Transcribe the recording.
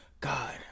God